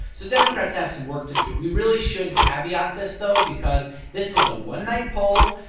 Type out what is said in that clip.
so democrats have some work to do. we really should caveat this, though, because this was a one-night poll.